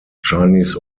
chinese